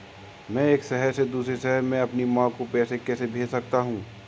मैं एक शहर से दूसरे शहर में अपनी माँ को पैसे कैसे भेज सकता हूँ?